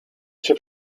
cię